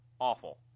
Awful